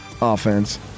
offense